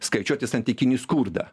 skaičiuoti santykinį skurdą